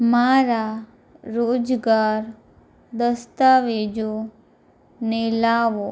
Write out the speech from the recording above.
મારા રોજગાર દસ્તાવેજોને લાવો